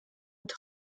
mit